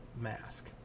mask